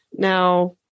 now